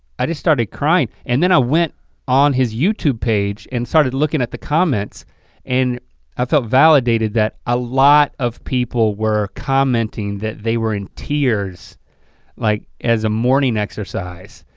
i just started crying and then i went on his youtube page and started looking at the comments and i felt validated that a lot of people were commenting that they were in tears like as a mourning exercise.